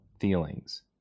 feelings